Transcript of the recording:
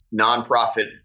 nonprofit